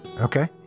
Okay